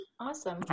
Awesome